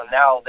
now